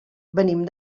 venim